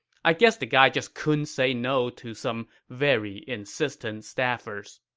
i guess the guy just couldn't say no to some very insistent staffers